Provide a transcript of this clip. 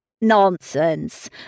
Nonsense